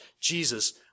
Jesus